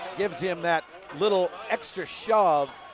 gives him that little extra shove.